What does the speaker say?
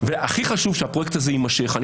הכי חשוב זה שהפרויקט הזה יימשך.